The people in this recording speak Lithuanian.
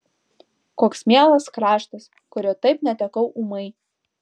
koks mielas kraštas kurio taip netekau ūmai